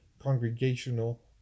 congregational